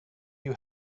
you